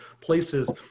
places